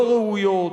לא ראויות,